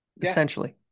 essentially